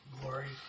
Glory